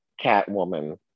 Catwoman